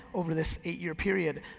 over this eight year period,